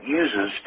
uses